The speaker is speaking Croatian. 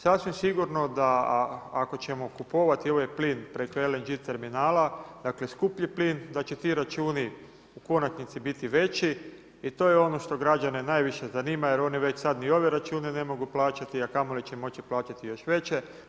Sasvim sigurno da ako ćemo kupovati ovaj plin preko LNG terminala, dakle skuplji plin, da će ti računi u konačnici biti veći i to je ono što građane najviše zanima jer oni već sad ni ove račune ne mogu plaćati, a kamoli će moći plaćati još veće.